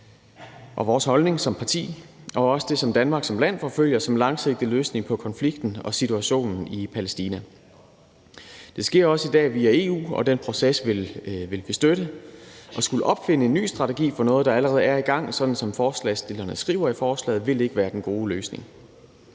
og vores holdning som parti og også det, som Danmark som land forfølger som langsigtet løsning på konflikten og situationen i Palæstina. Det sker også i dag via EU, og den proces vil vi støtte. At skulle opfinde en ny strategi for noget, der allerede er i gang, sådan som forslagsstillerne skriver i forslaget, vil ikke være den gode løsning.